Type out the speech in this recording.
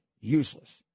useless